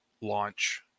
launch